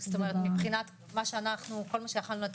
מבחינת כל מה שיכולנו לתת